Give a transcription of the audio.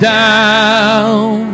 down